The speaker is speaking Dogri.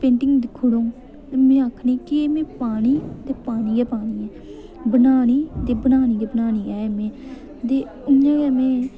पेंटिंग दिक्खी ओड़ो में ते आखनी के में एह् पानी ते पानी गै पानी ऐ बनानी ते बनानी गै बनानी ऐ में ते इ'यां गै में